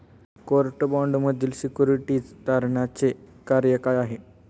Court बाँडमधील securities तारणाचे कार्य काय आहे?